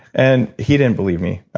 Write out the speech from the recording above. and he didn't believe me,